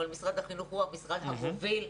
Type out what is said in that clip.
אבל משרד החינוך הוא המשרד המוביל,